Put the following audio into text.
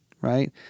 Right